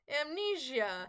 amnesia